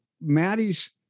Maddie's